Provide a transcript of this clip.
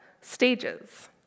stages